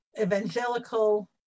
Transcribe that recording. evangelical